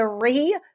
three